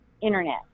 internet